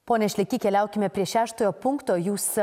pone šleky keliaukime prie šeštojo punkto jūs